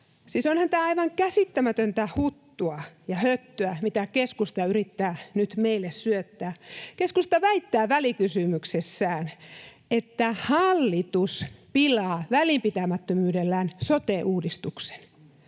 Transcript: onhan tämä aivan käsittämätöntä huttua ja höttöä, mitä keskusta yrittää nyt meille syöttää. Keskusta väittää välikysymyksessään, että hallitus pilaa välinpitämättömyydellään sote-uudistuksen